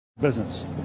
business